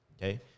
okay